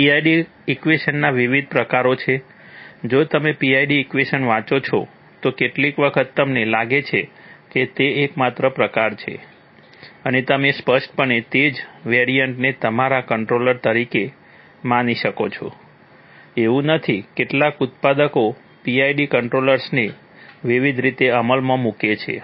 PID ઇક્વેશનના વિવિધ પ્રકારો છે જો તમે PID ઇક્વેશન વાંચો છો તો કેટલીક વખત તમને લાગે છે કે તે એકમાત્ર પ્રકાર છે અને તમે સ્પષ્ટપણે તે જ વેરિઅન્ટને તમારા કંટ્રોલર તરીકે માની શકો છો એવું નથી કેટલાક ઉત્પાદકો PID કંટ્રોલર્સને વિવિધ રીતે અમલમાં મૂકે છે